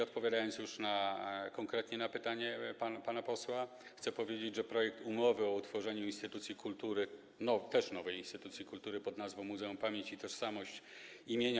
Odpowiadając już na konkretnie na pytanie pana posła, chcę powiedzieć, że projekt umowy o utworzeniu instytucji kultury, nowej instytucji kultury pn. Muzeum Pamięć i Tożsamość im.